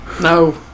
no